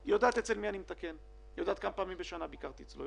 היא יודעת כמה פעמים בשנה ביקרתי אצלו,